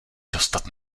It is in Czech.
dostat